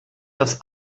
das